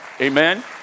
amen